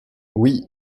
oui